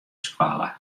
skoalle